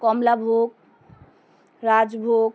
কমলাভোগ rajbhog